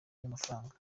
y’amafaranga